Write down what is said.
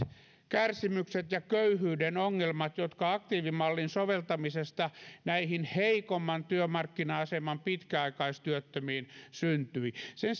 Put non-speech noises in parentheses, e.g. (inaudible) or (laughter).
kärsimykset ja köyhyyden ongelmat jotka aktiivimallin soveltamisesta näille heikomman työmarkkina aseman pitkäaikaistyöttömille syntyivät sen (unintelligible)